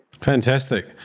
Fantastic